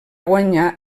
guanyar